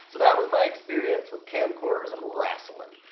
that was my experience with camcorders and wrastlin'.